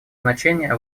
значение